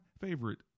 favorite